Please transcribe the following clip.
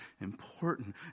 important